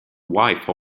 wife